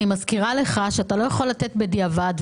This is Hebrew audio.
אני מזכירה לך שאתה לא יכול לתת בדיעבד.